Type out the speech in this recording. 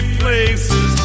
places